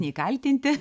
nei kaltinti